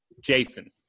Jason